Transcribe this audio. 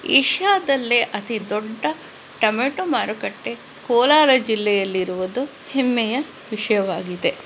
ಏಷ್ಯಾದಲ್ಲೇ ಅತಿ ದೊಡ್ಡ ಟೊಮೆಟೊ ಮಾರುಕಟ್ಟೆ ಕೋಲಾರ ಜಿಲ್ಲೆಯಲ್ಲಿರುವುದು ಹೆಮ್ಮೆಯ ವಿಷಯವಾಗಿದೆ